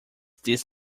this